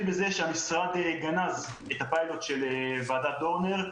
בכך שהמשרד גנז את הפיילוט של ועדת דורנר,